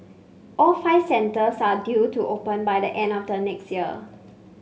all five centres are due to open by the end of the next year